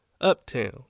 uptown